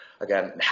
again